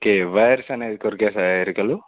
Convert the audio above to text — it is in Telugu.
ఓకే వైర్స్ అనేది కొరికేశాయా ఎలుకలు